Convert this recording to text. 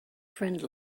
friend